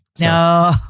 No